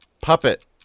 Puppet